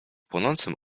płonącym